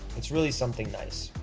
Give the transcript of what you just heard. it's really something nice,